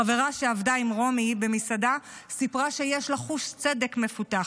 חברה שעבדה עם רומי במסעדה סיפרה שיש לה חוש צדק מפותח.